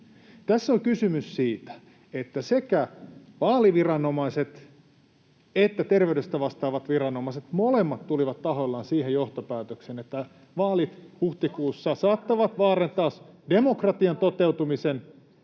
Tässä on kysymys siitä, että sekä vaaliviranomaiset että terveydestä vastaavat viranomaiset, molemmat, tulivat tahoillaan siihen johtopäätökseen, että vaalit huhtikuussa saattavat vaarantaa demokratian toteutumisen